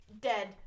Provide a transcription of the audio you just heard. dead